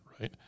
right